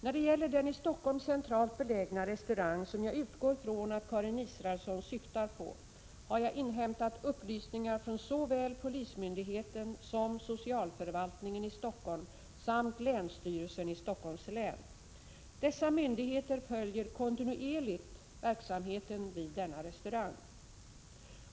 När det gäller den i Stockholm centralt belägna restaurang som jag utgår från att Karin Israelsson syftar på, har jag inhämtat upplysningar från såväl polismyndigheten som socialförvaltningen i Stockholm samt länsstyrelsen i Stockholms län. Dessa myndigheter följer kontinuerligt verksamheten vid denna restaurang.